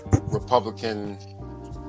republican